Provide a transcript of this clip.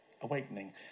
Awakening